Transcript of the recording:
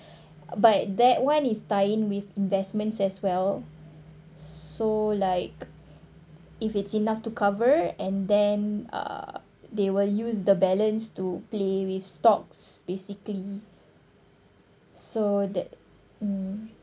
but that one is tie in with investments as well so like if it's enough to cover and then uh they will use the balance to play with stocks basically so that mm